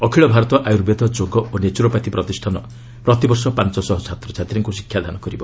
ଅଖିଳ ଭାରତ ଆର୍ୟୁବେଦ ଯୋଗ ଓ ନେଚୁରୋପାଥି ପ୍ରତିଷ୍ଠାନ ପ୍ରତିବର୍ଷ ପାଞ୍ଚ ଶହ ଛାତ୍ରଛାତ୍ରୀଙ୍କୁ ଶିକ୍ଷାଦାନ କରିବ